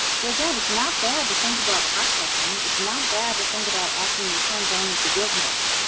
so, again, it's not bad to think about prospecting. it's not bad to think about asking your current donors to give more.